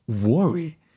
worry